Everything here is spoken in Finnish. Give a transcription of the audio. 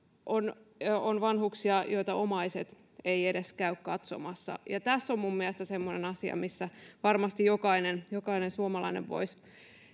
on on vanhuksia joita omaiset eivät edes käy katsomassa tässä on minun mielestäni semmoinen asia missä varmasti jokainen jokainen suomalainen voisi